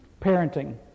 Parenting